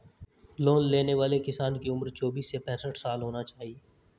loan लेने वाले किसान की उम्र चौबीस से पैंसठ साल होना चाहिए